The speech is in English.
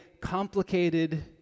complicated